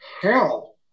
hell